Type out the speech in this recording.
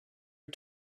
had